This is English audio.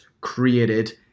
created